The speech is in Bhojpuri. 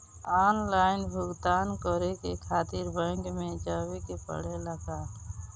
आनलाइन भुगतान करे के खातिर बैंक मे जवे के पड़ेला का?